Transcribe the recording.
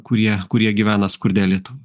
kurie kurie gyvena skurde